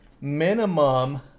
minimum